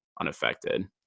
unaffected